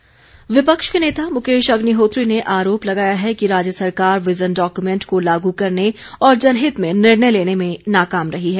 अग्निहोत्री विपक्ष के नेता मुकेश अग्निहोत्री ने आरोप लगाया है कि राज्य सरकार विज़न डॉक्यूमेंट को लागू करने और जनहित में निर्णय लेने में नाकाम रही है